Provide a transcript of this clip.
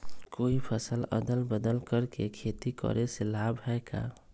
कोई फसल अदल बदल कर के खेती करे से लाभ है का?